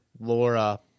Laura